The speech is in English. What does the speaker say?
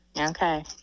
Okay